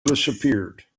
disappeared